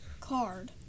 card